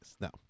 no